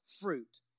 fruit